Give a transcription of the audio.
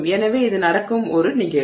எனவே இது நடக்கும் ஒரு நிகழ்வு